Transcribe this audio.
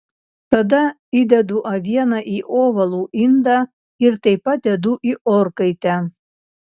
tada įdedu avieną į ovalų indą ir taip pat dedu į orkaitę